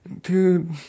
Dude